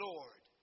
Lord